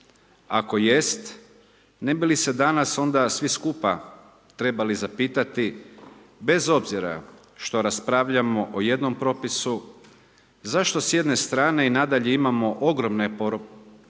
Ako jest, ne bi li se danas onda svi skupa trebali zapitati bez obzira što raspravljamo o jednom propisu, zašto s jedne strane i nadalje imamo ogromne površine